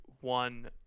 one